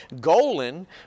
Golan